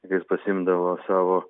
jis pasiimdavo savo